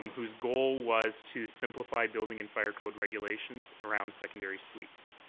um whose goal was to simplify building and fire code regulations around secondary suites.